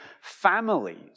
families